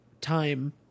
time